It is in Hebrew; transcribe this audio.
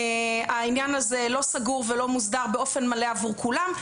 העניין הזה לא סגור ולא מוסדר באופן מלא עבור כולם,